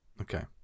Okay